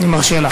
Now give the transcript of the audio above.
אני מרשה לך.